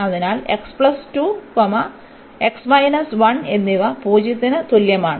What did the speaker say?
അതിനാൽ എന്നിവ 0 ന് തുല്യമാണ്